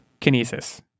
Kinesis